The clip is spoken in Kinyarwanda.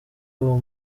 uwo